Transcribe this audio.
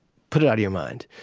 put it out of your mind.